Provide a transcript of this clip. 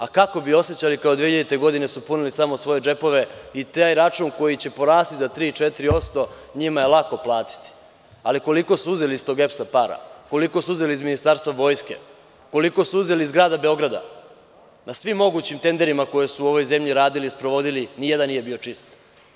A kako bi osećali kada su od 2000. godine punili samo svoje džepove i taj račun koji će porasti za tri, četiri odsto, njima je lako platiti, ali koliko su uzeli iz tog EPS-a para, koliko su uzeli iz Ministarstva vojske, koliko su uzeli iz Grada Beograda, na svim mogućim tenderima koje su u ovoj zemlji radili i sprovodili, nijedan nije bio čist.